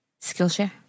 Skillshare